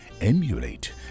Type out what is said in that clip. emulate